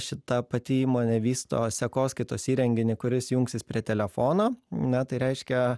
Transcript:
šita pati įmonė vysto sekoskaitos įrenginį kuris jungsis prie telefono na tai reiškia